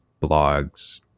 blogs